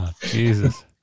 Jesus